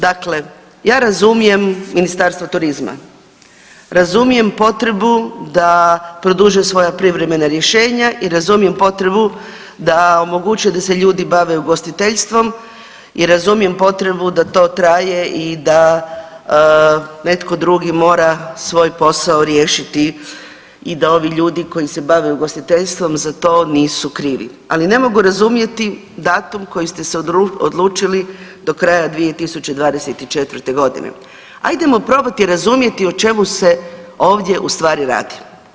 Dakle, ja razumijem Ministarstvo turizma, razumijem potrebu da produžuje svoja privremena rješenja i razumijem potrebu da omogućuju da se ljudi bave ugostiteljstvom i razumijem potrebu da to traje i da netko drugi mora svoj posao riješiti i da ovi ljudi koji se bave ugostiteljstvom za to nisu krivi, ali ne mogu razumjeti datum koji ste se odlučili do kraja 2024.g. Ajdemo probati razumjeti o čemu se ovdje u stvari radi.